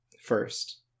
first